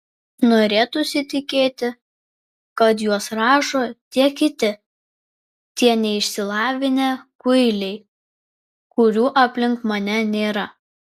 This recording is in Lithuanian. norėtųsi tikėti kad juos rašo tie kiti tie neišsilavinę kuiliai kurių aplink mane nėra